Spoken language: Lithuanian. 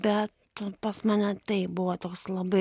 bet pas mane taip buvo toks labai